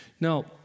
Now